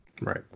right